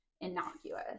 innocuous